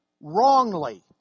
wrongly